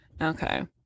Okay